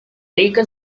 legal